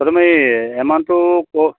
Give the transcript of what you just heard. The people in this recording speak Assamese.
অ' তুমি এমাউণ্টটো ক